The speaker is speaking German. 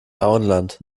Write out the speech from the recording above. auenland